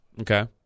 Okay